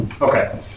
Okay